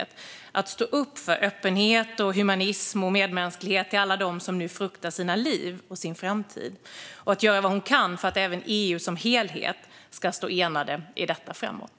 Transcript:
Det gäller att stå upp för öppenhet, humanism och medmänsklighet för alla dem som nu fruktar för sina liv och för sin framtid och att hon gör vad hon kan för att EU som helhet ska stå enat i detta framåt.